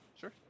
sure